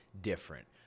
different